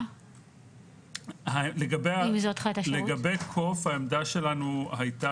ישראל יעל וייס-ריינד מנהלת העמותה,